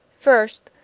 first,